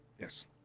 Yes